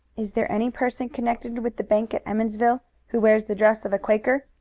is there any person connected with the bank at emmonsville who wears the dress of a quaker?